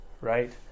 right